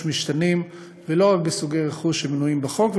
משתנים ולא רק בסוגי הרכוש המנויים בחוק,